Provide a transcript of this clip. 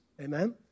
Amen